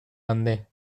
ande